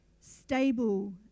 stable